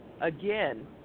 again